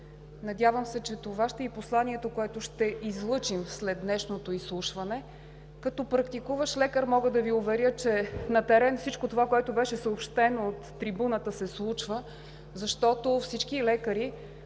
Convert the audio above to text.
Надявам се, че това ще е и посланието, което ще излъчим след днешното изслушване. Като практикуващ лекар мога да Ви уверя, че на терен всичко това, което беше съобщено от трибуната, се случва, защото всички лекари